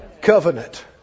Covenant